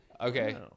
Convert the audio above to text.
Okay